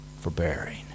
forbearing